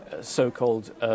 so-called